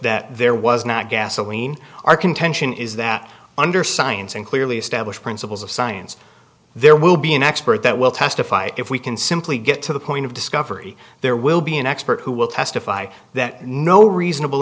that there was not gasoline our contention is that under science and clearly established principles of science there will be an expert that will testify if we can simply get to the point of discovery there will be an expert who will testify that no reasonable